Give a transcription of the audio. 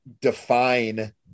define